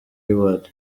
reward